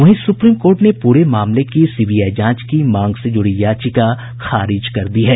वहीं supreme court ने पूरे मामले की सीबीआई जांच की मांग से जुड़ी याचिका खारिज कर दी है